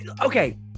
Okay